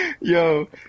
Yo